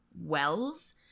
wells